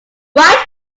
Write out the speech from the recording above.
right